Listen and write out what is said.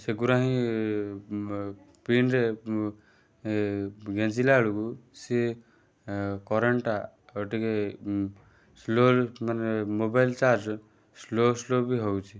ସେଗୁରା ହିଁ ପିନ୍ ରେ ଗେଞ୍ଜିଲା ବେଳକୁ ସିଏ କରେଣ୍ଟ୍ ଟା ଟିକେ ସ୍ଲୋ ରେ ମାନେ ମୋବାଇଲ୍ ଚାର୍ଜ୍ ସ୍ଲୋ ସ୍ଲୋ ବି ହଉଛି